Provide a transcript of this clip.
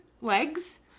legs